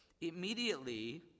Immediately